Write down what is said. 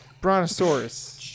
Brontosaurus